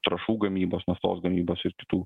trąšų gamybos naftos gamybos ir kitų